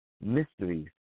mysteries